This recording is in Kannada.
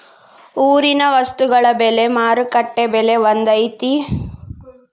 ಊರಿನ ವಸ್ತುಗಳ ಬೆಲೆ ಮಾರುಕಟ್ಟೆ ಬೆಲೆ ಒಂದ್ ಐತಿ?